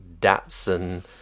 Datsun